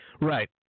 Right